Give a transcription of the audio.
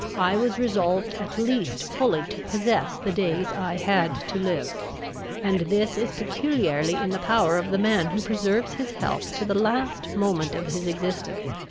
i was resolved at least fully to possess the days i had to live and this is peculiarly in the power of the man who preserves his health to the last moment of his existence.